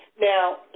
Now